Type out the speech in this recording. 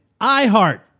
iHeart